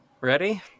Ready